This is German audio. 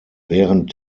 während